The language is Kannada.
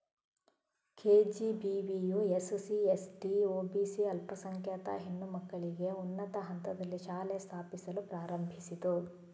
ಕೆ.ಜಿ.ಬಿ.ವಿಯು ಎಸ್.ಸಿ, ಎಸ್.ಟಿ, ಒ.ಬಿ.ಸಿ ಅಲ್ಪಸಂಖ್ಯಾತ ಹೆಣ್ಣು ಮಕ್ಕಳಿಗೆ ಉನ್ನತ ಹಂತದಲ್ಲಿ ಶಾಲೆ ಸ್ಥಾಪಿಸಲು ಪ್ರಾರಂಭಿಸಿತು